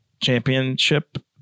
championship